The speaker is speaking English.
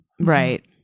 right